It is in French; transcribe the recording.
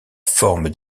forme